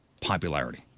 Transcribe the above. popularity